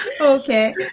Okay